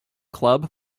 club